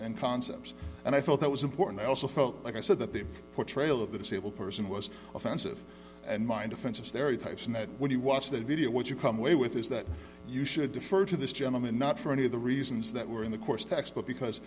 and concepts and i thought that was important i also felt like i said that the portrayal of the disabled person was offensive and mind offensive stereotypes and that when you watch the video what you come away with is that you should defer to this gentleman not for any of the reasons that were in the course textbook because